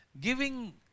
giving